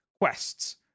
quests